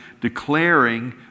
declaring